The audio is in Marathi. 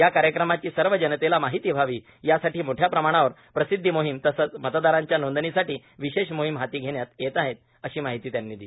या कार्यक्रमाची सर्व जनतक्षा माहिती व्हावी यासाठी मोठया प्रमाणावर प्रसिदधी मोहिम तसंच मतदारांच्या नोंदणीसाठी विशष्ठ मोहिम हाती घप्तयात यप्त आह अशी माहिती त्यांनी दिली